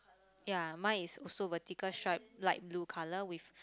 ya mine is also vertical stripe light blue colour with